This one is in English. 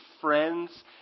friends